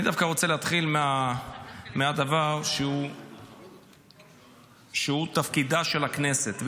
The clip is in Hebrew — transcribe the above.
אני דווקא רוצה להתחיל מהדבר שהוא תפקידה של הכנסת,